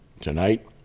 tonight